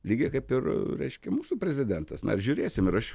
lygiai kaip ir reiškia mūsų prezidentas na ir žiūrėsim ir aš